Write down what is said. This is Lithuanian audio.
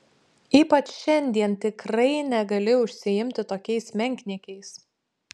ypač šiandien tikrai negali užsiimti tokiais menkniekiais